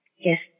Yes